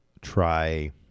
try